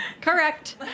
Correct